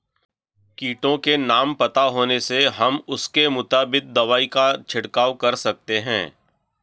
कीटों के नाम पता होने से हम उसके मुताबिक दवाई का छिड़काव कर सकते हैं